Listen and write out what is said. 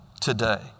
today